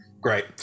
Great